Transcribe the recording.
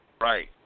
right